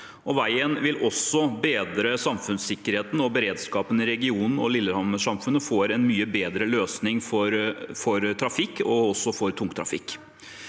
veien vil også bedre samfunnssikkerheten og beredskapen. Regionen og Lillehammersamfunnet får en mye bedre løsning for trafikk, også for tungtrafikk.